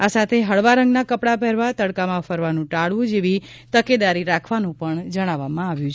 આ સાથે હળવા રંગના કપડાં પહેરવા તડકામાં ફરવાનું ટાળવું જેથી તકેદારી રાખવા પણ જણાવાયું છે